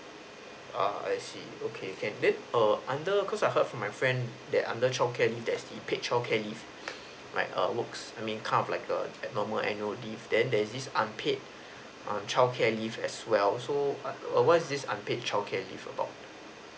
uh I see okay can then err under cause I heard from my friend that under childcare leave there is paid childcare leave like err works I mean kind of like a normal annual leave then there is unpaid err childcare leave as well so err what is this unpaid childcare leave about